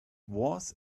was